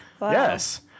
Yes